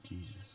Jesus